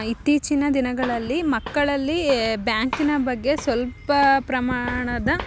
ಇತ್ತೀಚಿನ ದಿನಗಳಲ್ಲಿ ಮಕ್ಕಳಲ್ಲಿ ಬ್ಯಾಂಕಿನ ಬಗ್ಗೆ ಸ್ವಲ್ಪ ಪ್ರಮಾಣದ